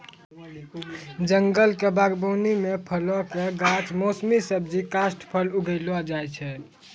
जंगल क बागबानी म फलो कॅ गाछ, मौसमी सब्जी, काष्ठफल उगैलो जाय छै